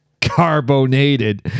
carbonated